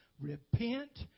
Repent